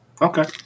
Okay